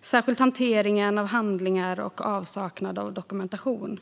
särskilt hantering av handlingar och avsaknad av dokumentation.